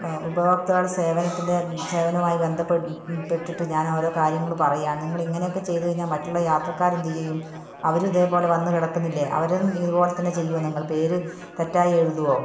ഉപഭോക്തോവ് സേവനത്തിൻ്റെ സേവനവുമായി ബന്ധപ്പെട്ട് പെട്ടിട്ട് ഞാൻ ഓരോ കാര്യങ്ങൾ പറയ്യാ നിങ്ങളിങ്ങനെയൊക്കെ ചെയ്ത് കഴിഞ്ഞാൽ മറ്റുള്ള യാത്രക്കാർ എന്ത് ചെയ്യും അവരും ഇതേപോലെ വന്ന് കിടക്കുന്നില്ലേ അവരും ഇതുപോലെ തന്നെ ചെയ്യുമോ നിങ്ങൾ പേര് തെറ്റായി എഴുതുമോ